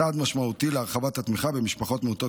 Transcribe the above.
צעד משמעותי להרחבת התמיכה במשפחות מעוטות